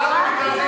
בדרום, בצפון,